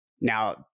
Now